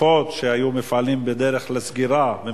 תקופות שהיו מפעלים בדרך לסגירה,